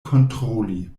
kontroli